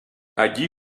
allí